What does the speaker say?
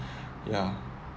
ya